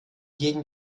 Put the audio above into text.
gegen